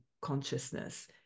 consciousness